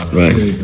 right